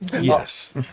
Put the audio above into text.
Yes